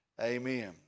amen